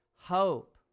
Hope